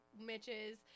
Mitch's